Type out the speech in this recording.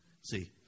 see